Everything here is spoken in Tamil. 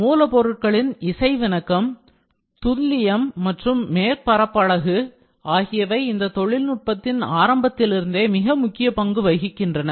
மூலப்பொருட்களின் இசைவிணக்கம் துல்லியம் மற்றும் மேற்பரப்பழகு ஆகியவை இந்த தொழில்நுட்பத்தின் ஆரம்பத்திலிருந்தே மிக முக்கிய பங்கு வகிக்கின்றன